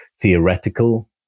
theoretical